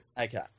Okay